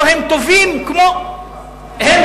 או הם טובים כמו היהודים.